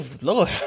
Lord